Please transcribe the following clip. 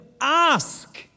Ask